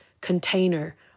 container